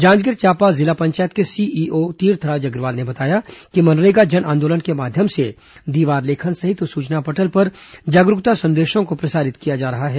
जांजगीर चांपा जिला पंचायत के सीईओ तीर्थराज अग्रवाल ने बताया कि मनरेगा जनआंदोलन के माध्यम से दीवार लेखन सहित सूचना पटल पर जागरूकता संदेशों को प्रसारित किया जा रहा है